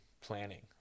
planning